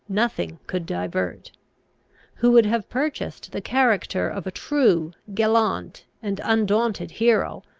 nothing could divert who would have purchased the character of a true, gallant, and undaunted hero,